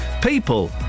people